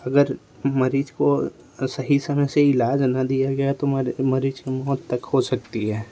अगर मरीज को सही समय से इलाज न दिया गया तो मरी मरीज की मौत तक हो सकती है